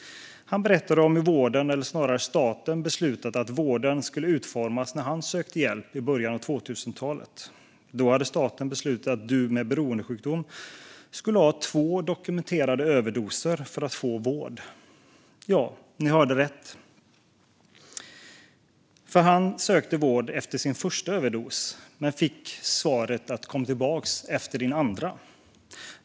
Han berättade hur vården eller snarare staten beslutat att vården skulle utformas när han sökte hjälp i början av 2000-talet. Då hade staten beslutat att en person med beroendesjukdom skulle ha två dokumenterade överdoser för att få vård. Ja, ni hörde rätt. Han sökte vård efter sin första överdos men fick svaret: Kom tillbaka efter din andra överdos.